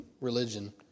religion